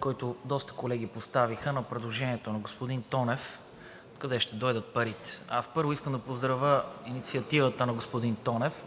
който доста колеги поставиха, на предложението на господин Тонев – откъде ще дойдат парите. Първо, искам да поздравя инициативата на господин Тонев